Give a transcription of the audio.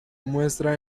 muestra